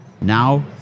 now